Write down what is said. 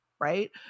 Right